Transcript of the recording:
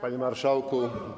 Panie Marszałku!